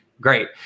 great